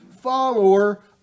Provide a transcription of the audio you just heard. follower